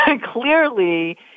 clearly